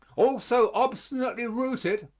all so obstinately rooted,